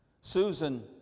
Susan